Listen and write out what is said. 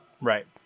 Right